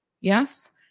Yes